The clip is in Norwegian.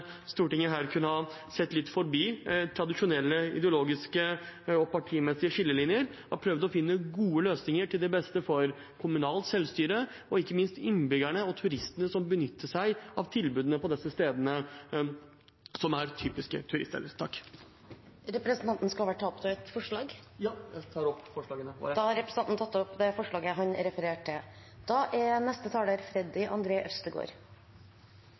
Stortinget her kunne ha sett litt forbi tradisjonelle ideologiske og partimessige skillelinjer og prøvd å finne gode løsninger til det beste for kommunalt selvstyre og ikke minst innbyggerne og turistene som benytter seg av tilbudene på disse stedene som er typiske turiststeder. Jeg tar opp forslaget fra Fremskrittspartiet. Representanten Himanshu Gulati har tatt opp det forslaget han refererte til.